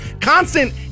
Constant